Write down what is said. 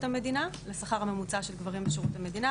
לשכר הממוצע של גברים בשירות המדינה.